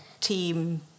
team